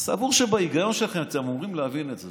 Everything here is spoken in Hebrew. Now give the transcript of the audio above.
סבור שבהיגיון שלכם אתם אמורים להבין את זה,